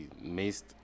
missed